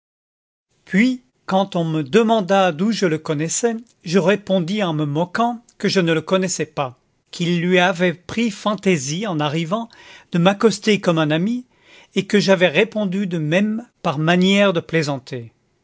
puis quand on me demanda d'où je le connaissais je répondis en me moquant que je ne le connaissais pas qu'il lui avait pris fantaisie en arrivant de m'accoster comme un ami et que j'avais répondu de même par manière de plaisanter